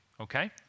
okay